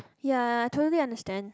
ya I totally understand